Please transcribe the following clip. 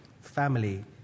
family